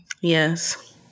Yes